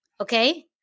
okay